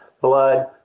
blood